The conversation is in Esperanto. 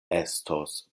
estos